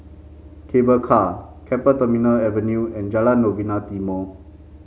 Cable Car Keppel Terminal Avenue and Jalan Novena Timor